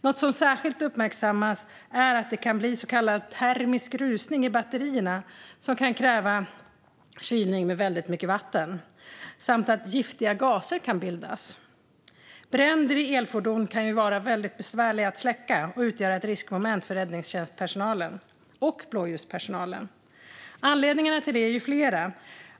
Något som särskilt uppmärksammats är att det kan bli så kallad termisk rusning i batterierna som kan kräva kylning med väldigt mycket vatten samt att giftiga gaser kan bildas. Bränder i elfordon kan vara väldigt besvärliga att släcka och utgöra ett riskmoment för räddningstjänstpersonalen och blåljuspersonalen. Anledningarna till det är flera.